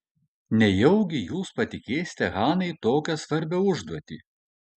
nejaugi jūs patikėsite hanai tokią svarbią užduotį